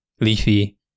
Leafy